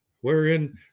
wherein